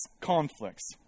conflicts